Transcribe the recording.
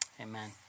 Amen